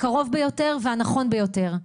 הקרוב ביותר והנכון ביותר.